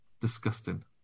Disgusting